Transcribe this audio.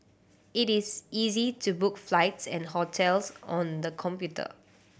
it is easy to book flights and hotels on the computer